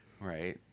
Right